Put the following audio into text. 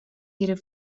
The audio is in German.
ihrer